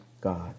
God